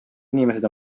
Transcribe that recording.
inimesed